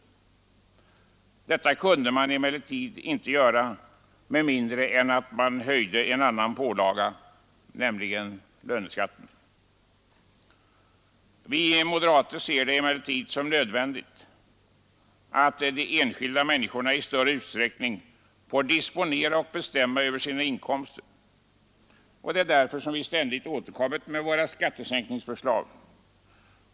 Detta kunde man emellertid inte göra med mindre än att man höjde en annan pålaga, nämligen löneskatten. Vi moderater ser det som nödvändigt att de enskilda människorna i större utsträckning får disponera och bestämma över sina inkomster, och det är därför vi ständigt har återkommit med våra skattesänkningsförslag.